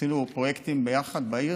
עשינו ביחד פרויקטים בעיר,